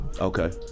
Okay